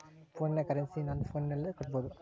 ಫೋನಿನ ಕರೆನ್ಸಿ ನನ್ನ ಫೋನಿನಲ್ಲೇ ಕಟ್ಟಬಹುದು?